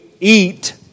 eat